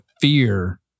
fear